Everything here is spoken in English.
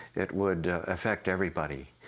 it would affect everybody,